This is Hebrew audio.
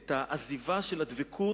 ביטא את העזיבה של הדבקות